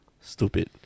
Stupid